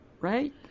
Right